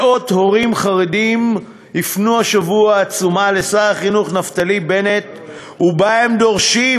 מאות הורים חרדים הפנו השבוע עצומה לשר החינוך נפתלי בנט ובה הם דורשים